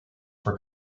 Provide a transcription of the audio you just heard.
for